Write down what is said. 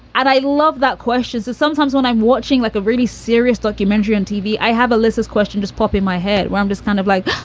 and i love that question. so sometimes when i'm watching, like, a really serious documentary on tv, i have a lissa's question. just pop in my head where i'm just kind of like,